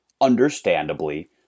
understandably